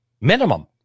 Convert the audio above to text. Minimum